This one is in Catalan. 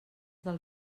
del